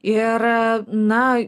ir na